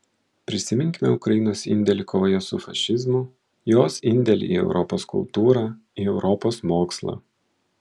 prisiminkime ukrainos indėlį kovoje su fašizmu jos indėlį į europos kultūrą į europos mokslą